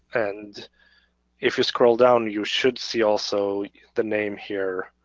and if you scroll down you should see also the name here.